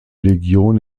legion